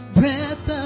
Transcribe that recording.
breath